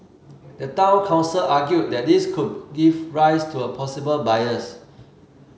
the Town Council argued that this could give rise to a possible bias